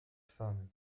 femmes